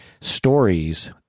stories